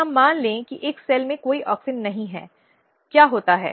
हम मान लें कि एक सेल में कोई ऑक्सिन नहीं है क्या होता है